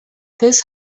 this